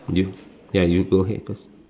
you ya you go ahead first